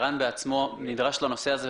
ערן בעצמו נדרש לנושא הזה,